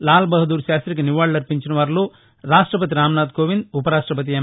లాల్బహదూర్ శాస్తికి నివాళులర్పించిన వారిలో రాష్షపతి రామ్నాథ్ కోవింద్ ఉపరాష్టపతి ఎం